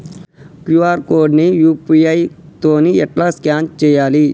QR code ని UPI తోని ఎట్లా స్కాన్ చేయాలి?